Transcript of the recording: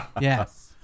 Yes